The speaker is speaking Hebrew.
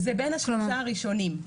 זה בין השלושה הראשונים.